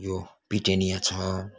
यो पिटुनिया छ